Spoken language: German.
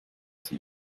die